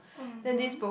mmhmm